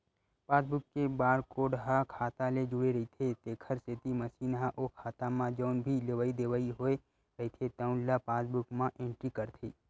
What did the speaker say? passbook के barcode ह खाता ले जुड़े रहिथे तेखर सेती मसीन ह ओ खाता म जउन भी लेवइ देवइ होए रहिथे तउन ल पासबूक म एंटरी करथे